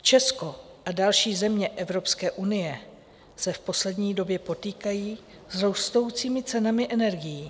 Česko a další země Evropské unie se v poslední době potýkají s rostoucími cenami energií.